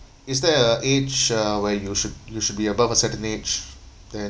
is there a age uh where you should you should be above a certain age then